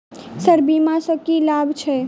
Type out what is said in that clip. Sir बीमा सँ की लाभ छैय?